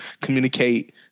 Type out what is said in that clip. communicate